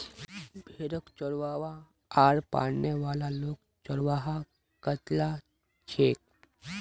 भेड़क चरव्वा आर पालने वाला लोग चरवाहा कचला छेक